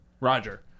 Roger